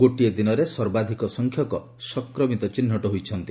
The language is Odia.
ଗୋଟିଏ ଦିନରେ ସର୍ବାଧିକ ସଂଖ୍ୟକ ସଂକ୍ରମିତ ଚିହ୍ନଟ ହୋଇଛନ୍ତି